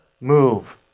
move